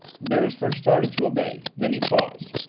beresford started to obey. then he paused.